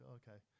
okay